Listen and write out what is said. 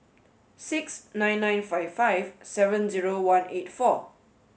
six nine nine five five seven zero one eight four